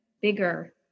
bigger